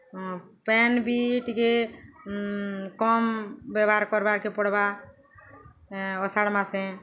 pain ବି ଟିକେ କମ୍ ବ୍ୟବହାର୍ କର୍ବାକେ ପଡ଼୍ବା ଅଷାଢ୍ ମାସେ